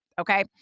okay